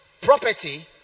property